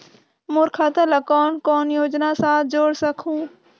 मोर खाता ला कौन कौन योजना साथ जोड़ सकहुं?